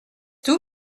tout